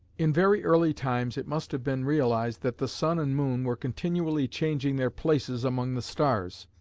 in very early times it must have been realised that the sun and moon were continually changing their places among the stars.